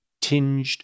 tinged